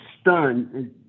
stunned